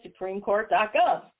SupremeCourt.gov